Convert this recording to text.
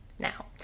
now